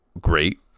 great